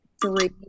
three